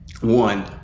one